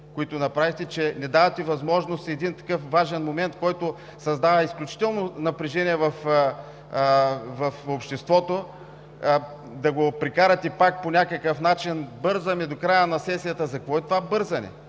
които направихте? Че не давате възможност на един такъв важен момент, който създава изключително напрежение в обществото, да го прекарате пак по някакъв начин – бързаме до края на сесията! За какво е това бързане?!